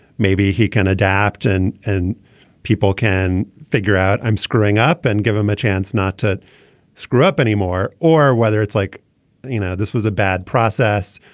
maybe he can adapt and and people can figure out i'm screwing up and give him a chance not to screw up anymore or whether it's like you know this was a bad process.